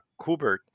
Kubert